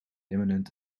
imminent